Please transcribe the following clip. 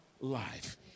life